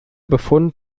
befund